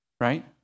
right